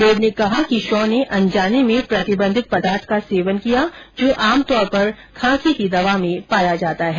board ने कहा कि शॉ ने अनजाने में प्रतिबंधित पदार्थ का सेवन किया जो आमतौर पर खांसी की दवा में पाया जाता है